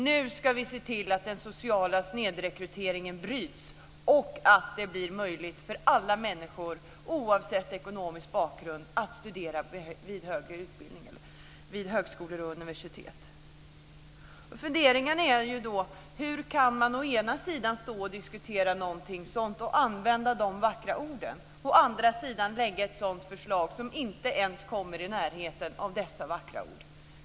Nu ska vi se till att den sociala snedrekryteringen bryts och att det blir möjligt för alla människor oavsett ekonomisk bakgrund att studera i den högre utbildningen vid högskolor och universitet. Hur man kan å ena sidan stå och diskutera någonting sådant och använda de vackra orden och å andra sidan lägga fram ett förslag som inte ens kommer i närheten av dessa vackra ord?